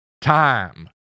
time